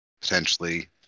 potentially